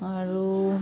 আৰু